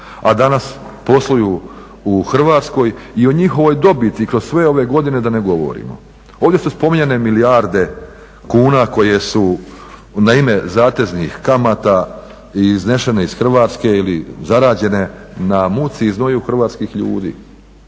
a danas posluju u Hrvatskoj i o njihovoj dobiti kroz sve ove godine da ne govorimo. Ovdje su spominjane milijarde kuna koje su na ime zateznih kamata iznesene iz Hrvatske ili zarađene na muci i znoju hrvatskih ljudi